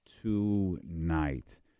tonight